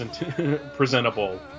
presentable